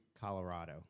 Colorado